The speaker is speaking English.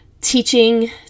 Teaching